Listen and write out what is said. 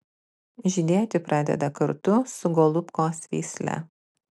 žydėti pradeda kartu su golubkos veisle